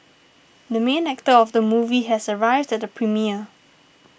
the main actor of the movie has arrived at the premiere